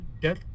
death